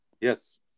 Yes